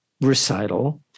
recital